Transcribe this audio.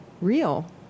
real